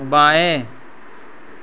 बाएँ